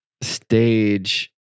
stage